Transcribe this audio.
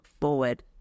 forward